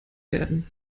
werden